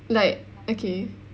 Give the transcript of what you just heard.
like okay